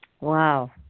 Wow